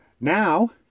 now